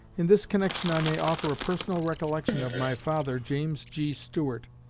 in this connection i may offer a personal recollection of my father, james g. stewart,